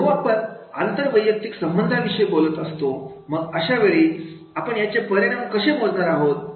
जेव्हा आपण आंतरवैयक्तिक संबंधाविषयी बोलत असतो मग अशावेळी आपण याचे परिणाम कशी मोजणारा आहोत